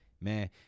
man